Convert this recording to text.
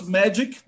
magic